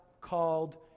called